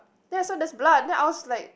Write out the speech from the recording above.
then I saw there's blood then I was like